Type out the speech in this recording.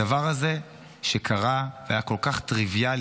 הדבר הזה שקרה היה כל כך טריוויאלי,